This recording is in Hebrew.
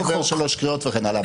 אבל הוא לא עובר שלוש קריאות וכן הלאה.